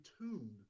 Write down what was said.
tuned